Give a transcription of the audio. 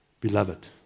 Beloved